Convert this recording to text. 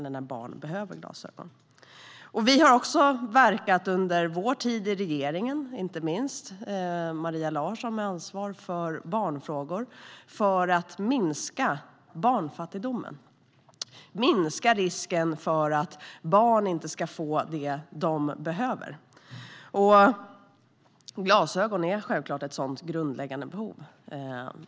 Vi har, inte minst under vår tid i regeringen då Maria Larsson hade ansvaret för barnfrågor, verkat för att minska barnfattigdomen och risken för att barn inte ska få det de behöver. Glasögon är självfallet ett sådant grundläggande behov.